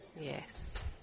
Yes